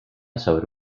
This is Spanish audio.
sobre